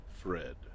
Fred